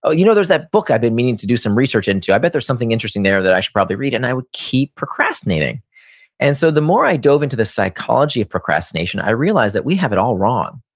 ah you know there's that book i've been meaning to do some research into, i bet there's something interesting there that i should probably read. and i would keep procrastinating and so the more i dove into the psychology of procrastination, i realized that we have it all wrong.